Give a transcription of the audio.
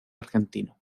argentino